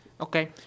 Okay